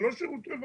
זה לא שירות רווחה.